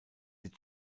sie